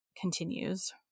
continues